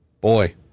boy